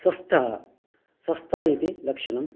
स्वस्थः स्वस्थ इति लक्षणम्